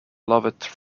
lovett